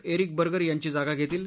Eric Berger यांची जागा घरीील